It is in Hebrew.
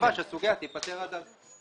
בתקווה שהסוגיה תיפתר עד אז.